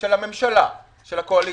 זה עניין ציבורי,